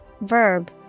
Verb